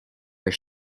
are